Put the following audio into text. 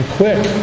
quick